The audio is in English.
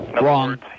Wrong